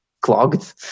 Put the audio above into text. clogged